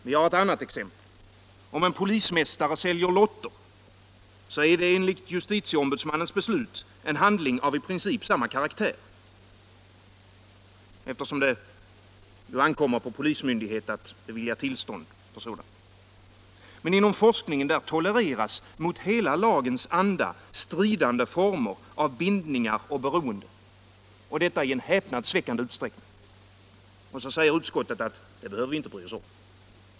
Vi har ett annat exempel: Om en polismästare säljer lotter, är det enligt justitieombudsmannens beslut en handling av i princip samma karaktär, eftersom det ankommer på polismyndighet att bevilja tillstånd osv. Men inom forskningen tolereras mot hela lagens anda stridande former av bindningar och beroenden, och detta i en häpnadsväckande utsträckning. Och så säger utskottet: Det behöver vi inte bry oss om.